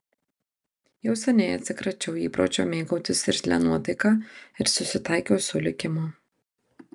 jau seniai atsikračiau įpročio mėgautis irzlia nuotaika ir susitaikiau su likimu